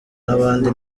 n’abandi